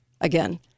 again